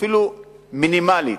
אפילו מינימלית,